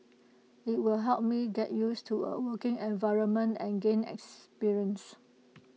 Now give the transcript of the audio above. IT will help me get used to A working environment and gain experience